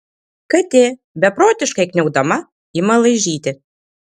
katė beprotiškai kniaukdama ima laižyti